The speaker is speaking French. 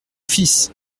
fils